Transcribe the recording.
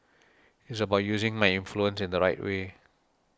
it's about using my influence in the right way